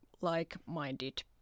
like-minded